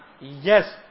Yes